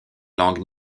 langue